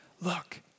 look